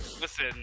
Listen